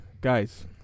guys